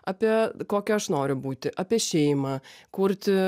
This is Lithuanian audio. apie kokia aš noriu būti apie šeimą kurti